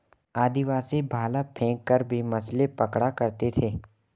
आदिवासी भाला फैंक कर भी मछली पकड़ा करते थे